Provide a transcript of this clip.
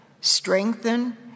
strengthen